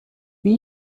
wie